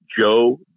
Joe